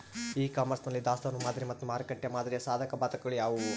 E commerce ನಲ್ಲಿ ದಾಸ್ತನು ಮಾದರಿ ಮತ್ತು ಮಾರುಕಟ್ಟೆ ಮಾದರಿಯ ಸಾಧಕಬಾಧಕಗಳು ಯಾವುವು?